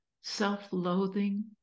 self-loathing